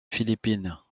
philippines